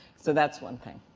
so that's one thing.